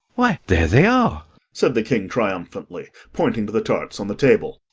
why, there they are said the king triumphantly, pointing to the tarts on the table.